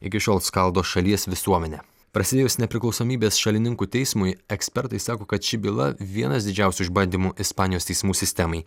iki šiol skaldo šalies visuomenę prasidėjus nepriklausomybės šalininkų teismui ekspertai sako kad ši byla vienas didžiausių išbandymų ispanijos teismų sistemai